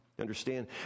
Understand